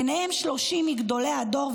ובהם 30 מגדולי הדור,